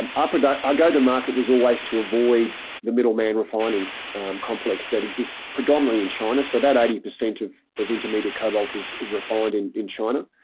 um um and our go to market was always to avoid the middleman refining complex that exists predominately in china. so eighty percent of of intermediate cobalt is is refined in in china.